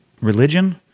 religion